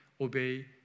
obey